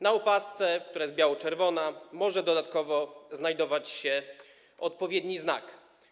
Na opasce, która jest biało-czerwona, może dodatkowo znajdować się odpowiedni znak.